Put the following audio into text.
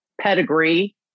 pedigree